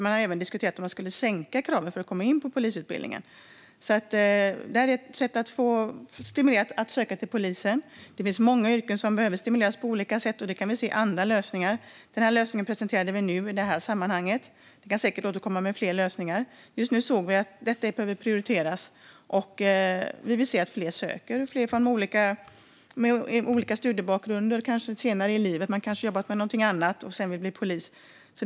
Man har även diskuterat om man skulle sänka kraven för att komma in på polisutbildningen. Det är ett sätt att stimulera att söka till polisen. Det finns många yrken som behöver stimuleras på olika sätt. Vi kan se andra lösningar. Den här lösningen presenterade vi nu i det här sammanhanget. Vi kan säkert återkomma med fler lösningar. Just nu såg vi att detta behöver prioriteras. Vi vill se att fler söker, fler med olika studiebakgrund och kanske senare i livet. Man kanske har jobbat med någonting annat och sedan vill bli polis.